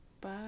Bye